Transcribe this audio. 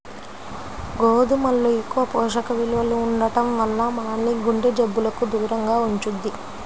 గోధుమల్లో ఎక్కువ పోషక విలువలు ఉండటం వల్ల మనల్ని గుండె జబ్బులకు దూరంగా ఉంచుద్ది